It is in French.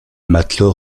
matelot